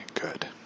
good